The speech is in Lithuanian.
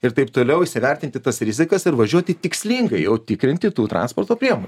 ir taip toliau įsivertinti tas rizikas ir važiuoti tikslingai jau tikrinti tų transporto priemonių